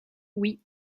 oui